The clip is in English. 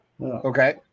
okay